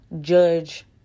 judge